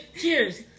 Cheers